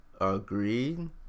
Agreed